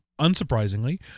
unsurprisingly